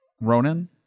Ronan